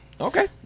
Okay